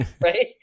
Right